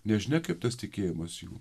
nežinia kaip tas tikėjimas jų